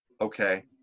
okay